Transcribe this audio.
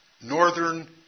northern